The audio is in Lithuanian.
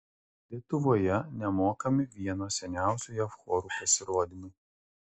lietuvoje nemokami vieno seniausių jav chorų pasirodymai